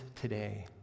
today